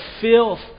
filth